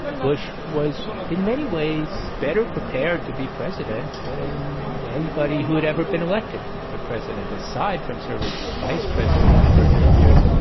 bush was in many ways, better prepared to be president than anybody who had ever been elected to president. aside from serving as vice-president for eight years,